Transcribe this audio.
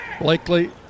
Blakely